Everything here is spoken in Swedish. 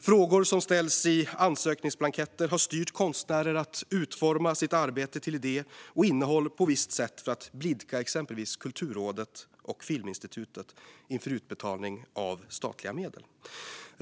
Frågor som ställs i ansökningsblanketter har styrt konstnärer att utforma sitt arbete till idé och innehåll på visst sätt för att blidka exempelvis Kulturrådet och Filminstitutet inför utbetalning av statliga medel.